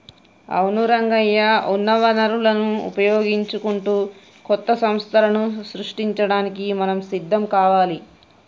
అవును రంగయ్య ఉన్న వనరులను వినియోగించుకుంటూ కొత్త సంస్థలను సృష్టించడానికి మనం సిద్ధం కావాలి